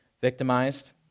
victimized